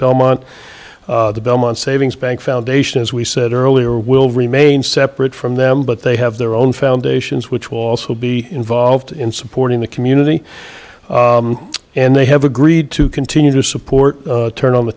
belmont the belmont savings bank foundation as we said earlier will remain separate from them but they have their own foundations which will also be involved in supporting the community and they have agreed to continue to support turn on the